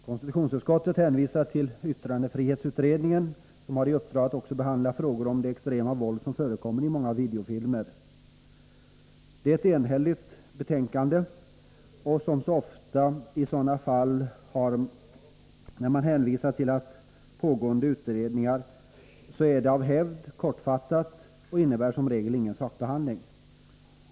Konstitutionsutskottet hänvisar till yttrandefrihetsutredningen, som har i uppdrag att också behandla frågor om det extrema våld som förekommer i många videofilmer. Det är ett enhälligt betänkande, och som så ofta i fall där man hänvisar till pågående utredningar är även detta betänkande kortfattat och utan sakbehandling.